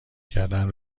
کردن